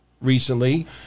recently